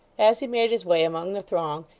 as he made his way among the throng,